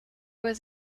was